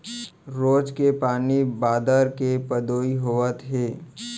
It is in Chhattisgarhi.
रोज के पानी बादर के पदोई होवत हे